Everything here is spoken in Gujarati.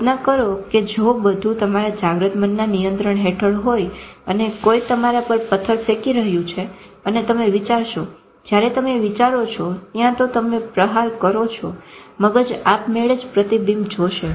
કલ્પના કરો કે જો બધું તમારા જાગ્રત મનના નિયંત્રણ હેઠળ હોય અને કોઈ તમારા પર પથર ફેકી રહ્યું છે અને તમે વિચારશો જયારે તમે વિચારો છો ત્યાં તો તમે પ્રહાર કરો છો મગજ આપમેળે પ્રતિબિંબ જોશે